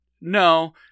no